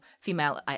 female